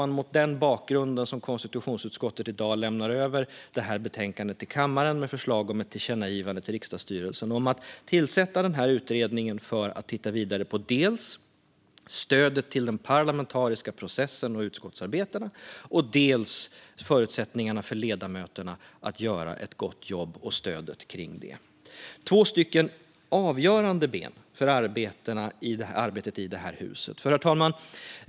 Det är mot den bakgrunden som konstitutionsutskottet i dag lämnar över det här betänkandet till kammaren med förslag om ett tillkännagivande till riksdagsstyrelsen om att tillsätta en utredning för att titta vidare på dels stödet i den parlamentariska processen och utskottsarbetet, dels förutsättningarna för ledamöterna att göra ett gott jobb och stödet till det. Det är två avgörande ben för arbetet i det här huset. Herr talman!